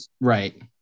right